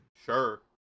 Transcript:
Sure